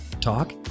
talk